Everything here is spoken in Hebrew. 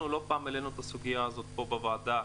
לא פעם העלינו את הסוגיה הזאת פה בוועדה.